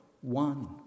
one